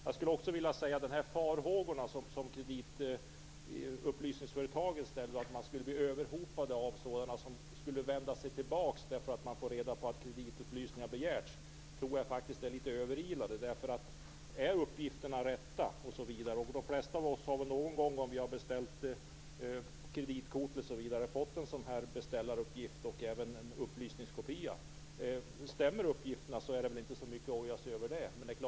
Jag skulle också vilja säga att de farhågor som kreditupplysningsföretagen har, att man skulle bli överhopad av sådana som skulle vända sig till dem därför att man får reda på att kreditupplysningar har begärts, tror jag är litet överilade. De flesta av oss har väl någon gång, om vi har beställt kreditkort t.ex., fått en sådan här beställaruppgift och även en upplysningskopia. Stämmer uppgifterna är det inte så mycket att oja sig över.